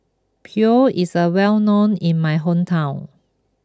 Pho is a well known in my hometown